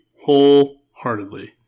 wholeheartedly